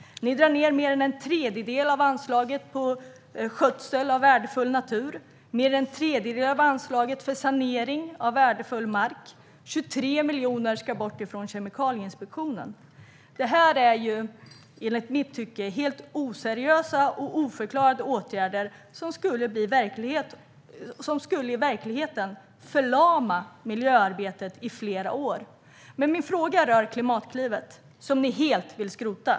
Ni drar in mer än en tredjedel av anslaget för skötsel av värdefull natur och mer än en tredjedel av anslaget för sanering av värdefull mark. 23 miljoner ska bort från Kemikalieinspektionen. Det här är i mitt tycke helt oseriösa och oförklarade åtgärder som i verkligheten skulle förlama miljöarbetet i flera år. Min fråga rör Klimatklivet, som ni helt vill skrota.